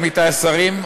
עמיתי השרים,